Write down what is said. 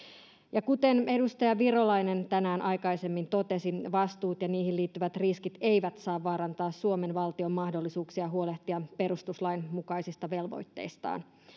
ja kuten edustaja virolainen tänään aikaisemmin totesi vastuut ja niihin liittyvät riskit eivät saa vaarantaa suomen valtion mahdollisuuksia huolehtia perustuslain mukaisista velvoitteistaan